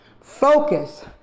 focus